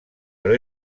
però